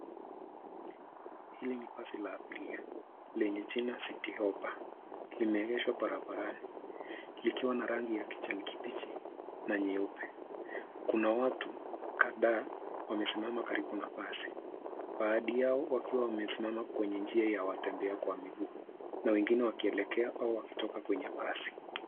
Hili ni basi la abiria lenye jina Citi Hoppa. Limeegeshwa barabarani likiwa na rangi ya kijani kibichi na nyeupe. Kuna watu kadhaa wamesimama karibu na basi, baadhi yao wakiwa wamesimama kwenye njia ya watembea kwa miguu na wengine wakielekea au wakitoka kwenye basi.